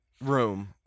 room